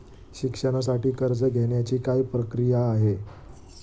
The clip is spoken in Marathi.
शिक्षणासाठी कर्ज घेण्याची काय प्रक्रिया आहे?